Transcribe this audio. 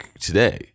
today